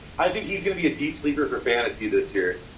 i think he's going to be a deep sleeper for fantasy this year.